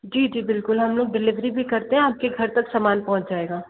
जी जी बिल्कुल हम लोग डिलीवरी भी करते हैं आपके घर तक समान पहुंच जाएगा